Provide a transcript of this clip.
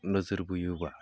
नोजोर बोयोबा